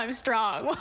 um strong.